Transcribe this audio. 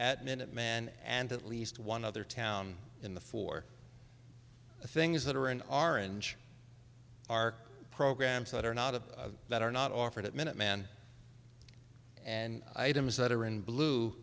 at minuteman and at least one other town in the four things that are in orange are programs that are not a that are not offered at minuteman and items that are in blue